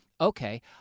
Okay